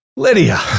Lydia